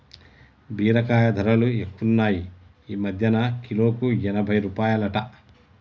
బీరకాయ ధరలు ఎక్కువున్నాయ్ ఈ మధ్యన కిలోకు ఎనభై రూపాయలట